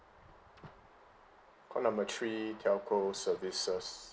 call number three telco services